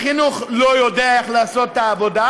החינוך לא יודע איך לעשות את העבודה,